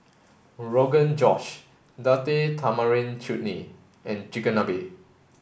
Rogan Josh Tamarind Chutney and Chigenabe